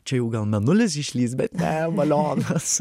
čia jau gal mėnulis išlįs bet ne balionas